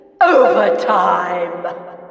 overtime